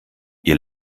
ihr